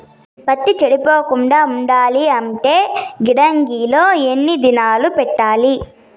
పత్తి చెడిపోకుండా ఉండాలంటే గిడ్డంగి లో ఎన్ని దినాలు పెట్టాలి?